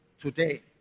today